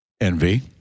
Envy